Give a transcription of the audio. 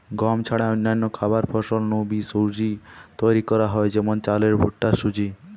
গম ছাড়া অন্যান্য খাবার ফসল নু বি সুজি তৈরি করা হয় যেমন চালের ভুট্টার সুজি